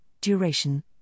duration